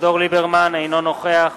אביגדור ליברמן, אינו נוכח